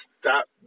stop